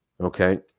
Okay